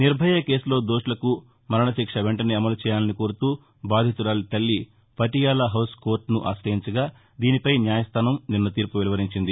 నిర్బయ కేసులో దోషులకు మరణశిక్ష వెంటనే అమలు చేయాలని కోరుతూ బాధితురాలి తల్లి పటియాలా హౌస్ కోర్టును ఆశయించగా దీనిపై న్యాయస్థాసం నిన్న తీర్పు వెలువరించింది